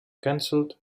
cancelled